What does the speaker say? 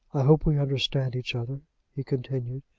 i hope we understand each other, he continued.